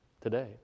today